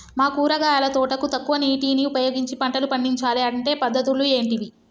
మా కూరగాయల తోటకు తక్కువ నీటిని ఉపయోగించి పంటలు పండించాలే అంటే పద్ధతులు ఏంటివి?